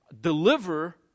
deliver